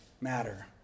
matter